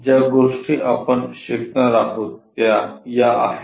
ज्या गोष्टी आपण शिकणार आहोत त्या या आहेत